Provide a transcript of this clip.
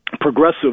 Progressive